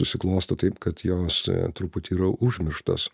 susiklosto taip kad jos po truputį yra užmirštos